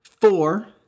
four